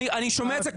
אני רוצה להבין.